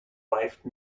wife